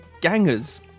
gangers